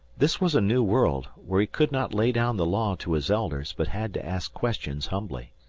this was a new world, where he could not lay down the law to his elders, but had to ask questions humbly.